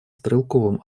стрелковым